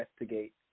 investigate